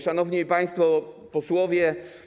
Szanowni Państwo Posłowie!